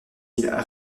îles